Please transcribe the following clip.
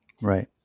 Right